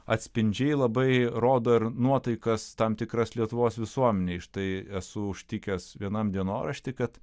atspindžiai labai rodo ir nuotaikas tam tikras lietuvos visuomenei štai esu užtikęs vienam dienorašty kad